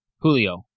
Julio